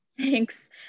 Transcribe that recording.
Thanks